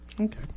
Okay